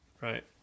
Right